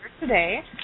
today